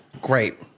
great